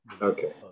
okay